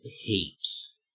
heaps